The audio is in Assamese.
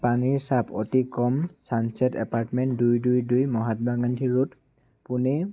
পানীৰ চাপ অতি কম ছানচেট এপাৰ্টমেণ্ট দুই দুই দুই মহাত্মা গান্ধী ৰোড পুনে